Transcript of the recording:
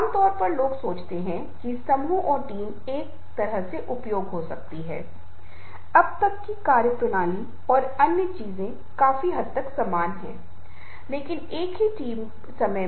यदि कोई व्यक्ति एक सरल भाषा भी बोल सकता है लेकिन अगर यह आत्मविश्वास से भावनात्मक भावना के साथ मानवीय स्पर्श के साथ सहानुभूति के साथ भरी हुई है